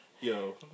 Yo